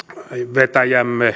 vetäjämme